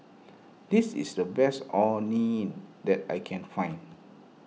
this is the best Orh Nee that I can find